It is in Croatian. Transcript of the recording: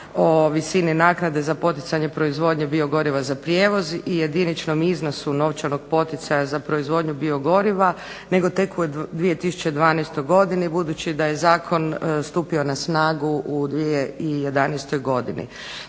o visini naknade za poticanje proizvodnje biogoriva za prijevoz i jediničnom iznosu novčanog poticaja za proizvodnju biogoriva, nego tek u 2012. godini, budući da je zakon stupio na snagu u 2011. godini.